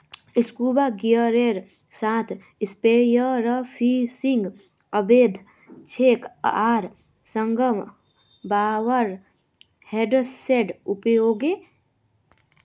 scuba गियरेर साथ spearfishing अवैध छेक आर संगह पावर हेड्सेर उपयोगो